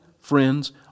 friends